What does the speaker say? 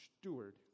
steward